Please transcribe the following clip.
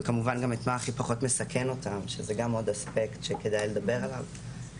וכמובן גם מה הכי פחות מסכן אותם שזה עוד אספקט שכדאי לדבר עליו.